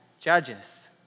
Judges